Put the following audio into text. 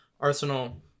Arsenal